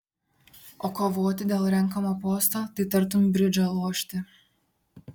o kovoti dėl renkamo posto tai tartum bridžą lošti